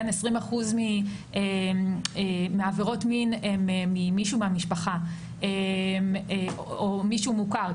20% מעבירות המין הן ממישהו מהמשפחה או מישהו מוכר,